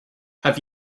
have